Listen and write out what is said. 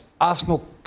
Arsenal